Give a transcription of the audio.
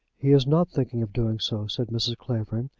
he is not thinking of doing so, said mrs. clavering.